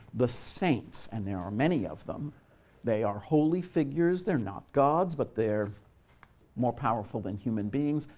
the saints and there are many of them they are holy figures. they're not gods, but they're more powerful than human beings.